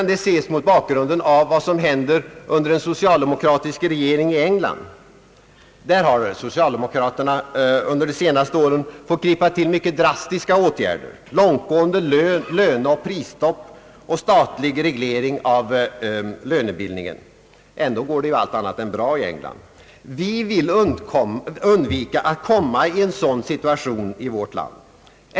Detta kan ses mot bakgrund av vad som händer under en socialdemokratisk regering i England, där socialdemokraterna under de se naste åren fått ta till drastiska åtgärder, långtgående löneoch prisstopp och statlig reglering av lönebildningen. Trots detta går det allt annat än bra i England. Vi vill undvika att komma i en sådan situation i vårt land.